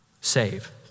save